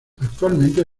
actualmente